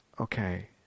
Okay